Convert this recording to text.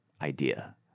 idea